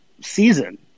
season